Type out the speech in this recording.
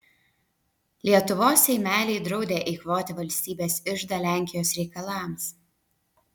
lietuvos seimeliai draudė eikvoti valstybės iždą lenkijos reikalams